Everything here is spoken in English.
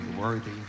Worthy